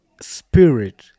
spirit